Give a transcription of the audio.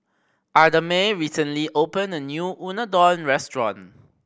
Idamae recently opened a new Unadon restaurant